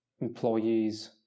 employees